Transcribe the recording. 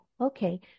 Okay